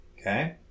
Okay